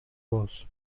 алабыз